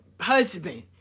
husband